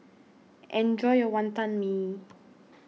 enjoy your Wantan Mee